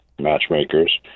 matchmakers